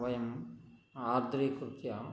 वयम् आर्द्रीकृत्य